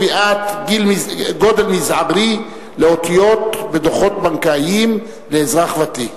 קביעת גודל מזערי לאותיות בדוחות בנקאיים לאזרח ותיק).